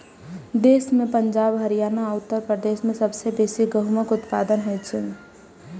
देश मे पंजाब, हरियाणा आ उत्तर प्रदेश मे सबसं बेसी गहूमक उत्पादन होइ छै